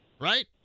right